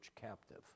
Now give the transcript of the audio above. captive